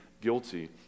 guilty